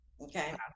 Okay